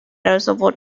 noticeable